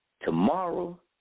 Tomorrow